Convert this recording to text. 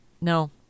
no